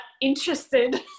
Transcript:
interested